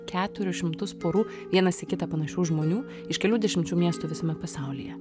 keturis šimtus porų vienas į kitą panašių žmonių iš kelių dešimčių miestų visame pasaulyje